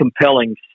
compelling